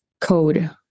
code